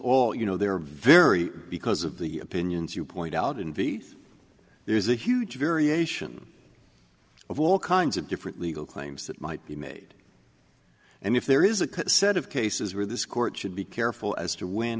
all you know there are very because of the opinions you point out in vith there's a huge variation of all kinds of different legal claims that might be made and if there is a set of cases where this court should be careful as to w